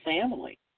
family